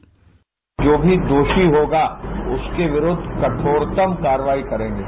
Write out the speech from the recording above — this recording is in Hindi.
बाइट जो भी दोषी होगा उसके विरुद्ध कठोरतम कार्रवाई करेंगे